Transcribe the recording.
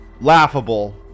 laughable